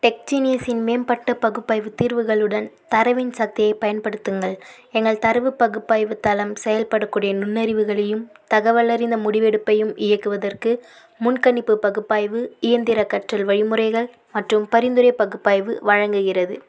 டெக்ஜெனியஸின் மேம்பட்ட பகுப்பாய்வு தீர்வுகளுடன் தரவின் சக்தியைப் பயன்படுத்துங்கள் எங்கள் தரவு பகுப்பாய்வு தளம் செயல்படக்கூடிய நுண்ணறிவுகளையும் தகவலறிந்த முடிவெடுப்பையும் இயக்குவதற்கு முன்கணிப்பு பகுப்பாய்வு இயந்திர கற்றல் வழிமுறைகள் மற்றும் பரிந்துரை பகுப்பாய்வு வழங்குகிறது